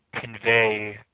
convey